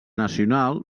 nacional